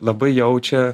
labai jaučia